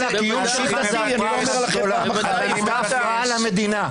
דיבר ------ אתה הפרעה למדינה.